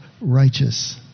righteous